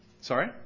Sorry